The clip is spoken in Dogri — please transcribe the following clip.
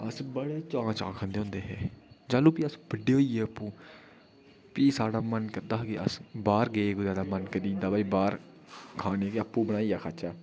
अस बड़े चाहें चाहें खांदे होंदे हे जाल्लू अस बड्डे होइयै आपूं पी साढ़ा मन करदा ही कि अस बाह्र गे बगैरा मन करी जंदा भाई बाह्र खाने गी आपू बनाइयै खाह्चै